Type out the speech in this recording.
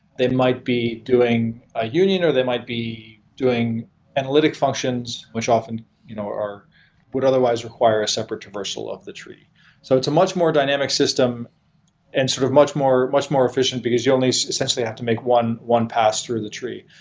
they might be doing a union or they might be doing analytic functions, which often you know are would otherwise require a separate traversal of the tree so it's a much more dynamic system and sort of much more much more efficient, because you only essentially have to make one one pass through the tree.